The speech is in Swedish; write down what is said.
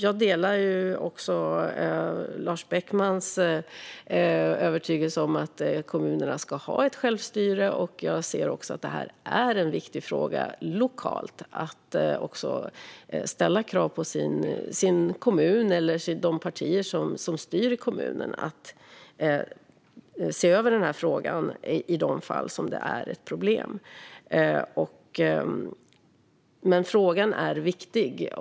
Jag delar Lars Beckmans övertygelse om att kommunerna ska ha ett självstyre, och jag anser att det är en viktig fråga lokalt att ställa krav på de partier som styr kommunerna att se över frågan i de fall det är ett problem. Frågan är viktig.